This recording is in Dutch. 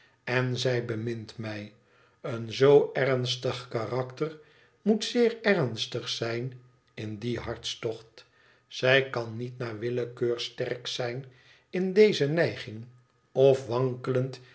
lën zij bemint mij een zoo ernstig karakter moet zeer ernstig zijn in dien hartstocht zij kan niet naar willekeur sterk zijn in deze neiging of wankelend